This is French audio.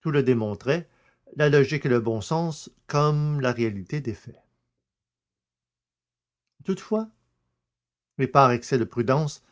tout le démontrait la logique et le bon sens comme la réalité des faits toutefois et par excès de prudence